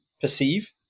perceive